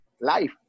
life